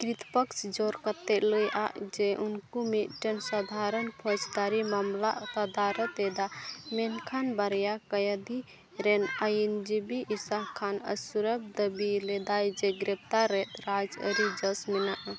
ᱠᱨᱤᱛᱯᱚᱠ ᱡᱳᱨ ᱠᱟᱛᱮᱫ ᱞᱟᱹᱭ ᱟᱜ ᱡᱮ ᱩᱱᱠᱩ ᱢᱤᱫᱴᱮᱱ ᱥᱟᱫᱷᱟᱨᱚᱱ ᱯᱷᱳᱡᱽᱫᱟᱨᱤ ᱢᱟᱢᱞᱟ ᱚᱠᱟ ᱫᱟᱨᱚᱛ ᱮᱫᱟ ᱢᱮᱱᱠᱷᱟᱱ ᱵᱟᱨᱭᱟ ᱠᱟᱭᱫᱷᱤ ᱨᱮᱱ ᱟᱹᱭᱤᱱ ᱡᱤᱵᱤ ᱤᱥᱟ ᱠᱷᱟᱱ ᱟᱹᱥᱩᱨᱚᱠ ᱫᱟᱹᱵᱤ ᱞᱮᱫᱟᱭ ᱡᱮ ᱜᱨᱮᱯᱷᱛᱟᱨ ᱨᱮ ᱨᱟᱡᱽ ᱟᱹᱨᱤ ᱡᱚᱥ ᱢᱮᱱᱟᱜᱼᱟ